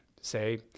say